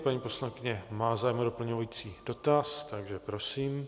Paní poslankyně má zájem o doplňující dotaz, prosím.